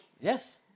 Yes